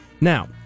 Now